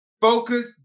focus